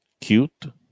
cute